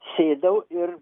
sėdau ir